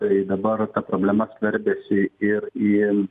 tai dabar ta problema skverbiasi ir į